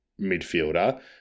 midfielder